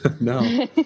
No